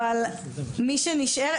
אבל מי שנשארת,